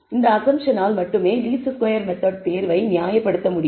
இந்த அஸம்ப்ஷன் ஆல் மட்டுமே லீஸ்ட் ஸ்கொயர் மெத்தெட் தேர்வை நியாயப்படுத்த முடியும்